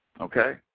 Okay